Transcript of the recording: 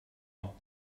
ans